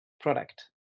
product